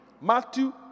Matthew